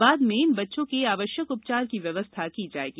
बाद में इन बच्चों के आवश्यक उपचार की व्यवस्था की जाएगी